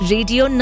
Radio